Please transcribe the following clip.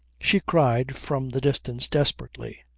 she cried from the distance desperately.